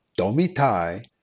domitai